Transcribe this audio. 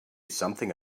something